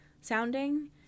sounding